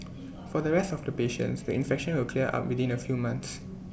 for the rest of the patients the infection will clear up within A few months